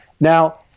Now